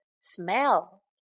Smell